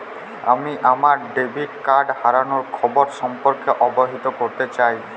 আমি আমার debit card হারানোর খবর সম্পর্কে অবহিত করতে চাই